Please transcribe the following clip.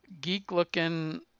geek-looking